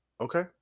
okay